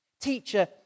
Teacher